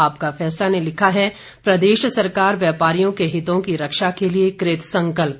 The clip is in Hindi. आपका फैसला ने लिखा है प्रदेश सरकार व्यापारियों के हितों की रक्षा के लिए कृतसंकल्प